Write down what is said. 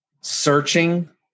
searching